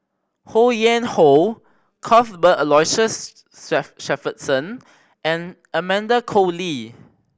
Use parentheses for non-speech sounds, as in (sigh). Ho Yuen Hoe Cuthbert Aloysius (unintelligible) Shepherdson and Amanda Koe Lee